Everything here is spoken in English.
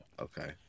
Okay